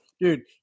Dude